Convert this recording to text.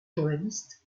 journalistes